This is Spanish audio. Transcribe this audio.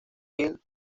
hill